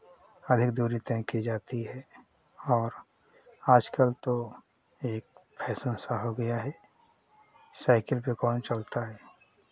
अधिक दूरी तय की जाती है और आजकल तो एक फैशन सा हो गया है साइकिल पे कौन चलता है